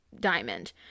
diamond